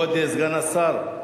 כבוד סגן השר,